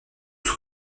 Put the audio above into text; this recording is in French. son